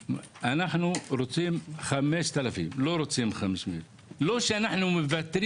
אנחנו רוצים 5,000. לא שאנו מוותרים